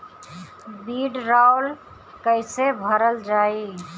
वीडरौल कैसे भरल जाइ?